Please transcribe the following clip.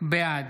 בעד